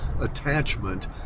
attachment